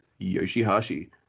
Yoshihashi